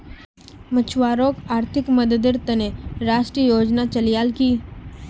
मछुवारॉक आर्थिक मददेर त न राष्ट्रीय योजना चलैयाल की